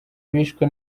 bishwe